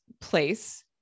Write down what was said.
place